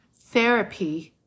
therapy